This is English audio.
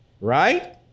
right